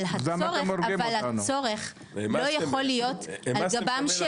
אבל הצורך לא יכול להיות על גבם של